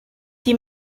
die